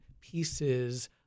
pieces